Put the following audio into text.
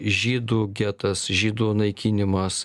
žydų getas žydų naikinimas